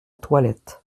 toilette